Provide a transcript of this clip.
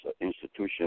institution